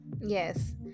Yes